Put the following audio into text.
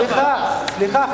סליחה,